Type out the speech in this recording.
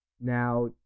Now